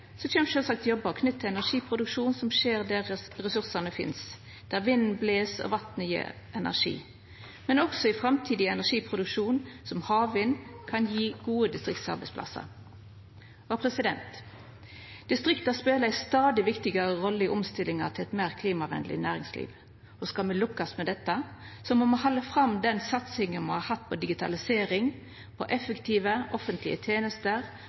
sjølvsagt jobbar knytte til energiproduksjon, som skjer der ressursane finst, der vinden bles og vatnet gjev energi. Men også framtidig energiproduksjon som havvind kan gje gode distriktsarbeidsplassar. Distrikta spelar ei stadig viktigare rolle i omstillinga til eit meir klimavenleg næringsliv. Skal me lykkast med dette, må me halda fram med den satsinga me har hatt på digitalisering, på effektive offentlege tenester